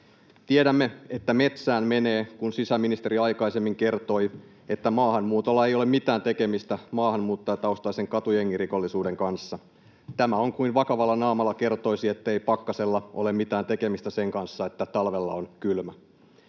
Tiedämme, että metsään menee, kun sisäministeri jo aikaisemmin kertoi, että maahanmuutolla ei ole mitään tekemistä maahanmuuttajataustaisen katujengirikollisuuden kanssa. Tämä on kuin vakavalla naamalla kertoisi, ettei pakkasella ole mitään tekemistä sen kanssa, että talvella on kylmä.